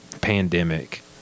pandemic